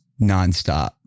nonstop